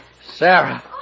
Sarah